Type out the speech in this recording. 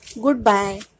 Goodbye